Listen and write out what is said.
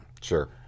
Sure